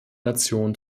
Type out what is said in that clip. nationen